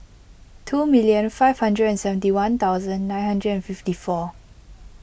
two million five hundred and seventy one thousand nine hundred and fifty four